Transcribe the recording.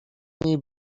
niej